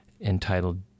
entitled